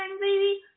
baby